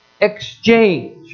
exchange